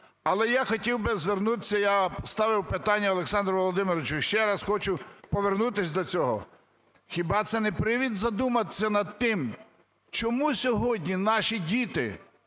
Але я хотів би звернутися, я ставив питання Олександру Володимировичу, ще раз хочу повернутись до цього. Хіба це не привід задуматися над тим, чому сьогодні наші діти